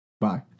Bye